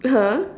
!huh!